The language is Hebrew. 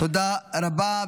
תודה רבה.